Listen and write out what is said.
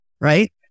right